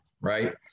right